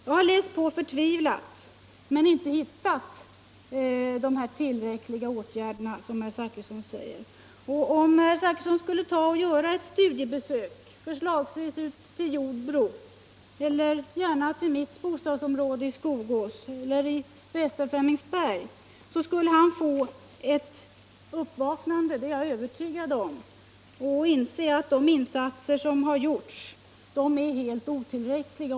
Jag har läst på förtvivlat men inte hittat de tillräckliga åtgärder som herr Zachrisson talar om. Om herr Zachrisson gjorde ett studiebesök förslagsvis i Jordbro eller gärna i mitt bostadsområde i Skogås eller i Västra Flemingsberg skulle han få ett uppvaknande — det är jag övertygad om — och inse att de insatser som gjorts är helt otillräckliga.